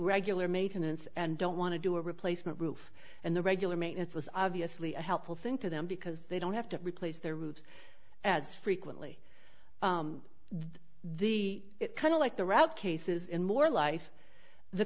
regular maintenance and don't want to do a replacement roof and the regular maintenance is obviously a helpful thing to them because they don't have to replace their roofs as frequently the kind of like the route cases in more life the